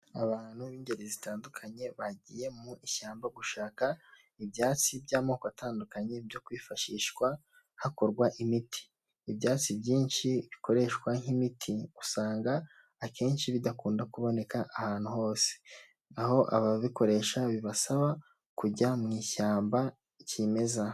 Abantu b'ingeri zitandukanye, bagiye mu ishyamba gushaka ibyatsi by'amoko atandukanye byo kwifashishwa hakorwa imiti, ibyatsi byinshi bikoreshwa nk'imiti usanga akenshi bidakunda kuboneka ahantu hose, aho ababikoresha bibasaba kujya mu ishyamba kimeza.